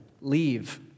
leave